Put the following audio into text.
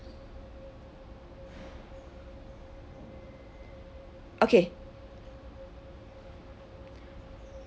okay